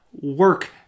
work